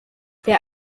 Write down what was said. der